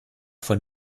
von